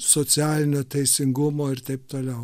socialinio teisingumo ir taip toliau